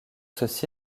ceci